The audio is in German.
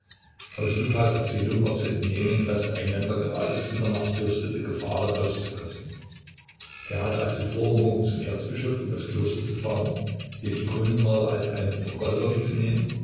aus lukas erzählung war zu entnehmen daß der engländer geradezu danach dürstete gefahren auszukosten er hatte also vor morgen zum erzbischof in das kloster zu fahren den ikonenmaler als einen vergolder mitzunehmen